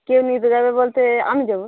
কে নিতে যাবে বলতে আমি যাব